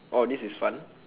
oh this is fun